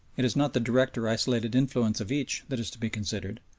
it is not the direct or isolated influence of each that is to be considered,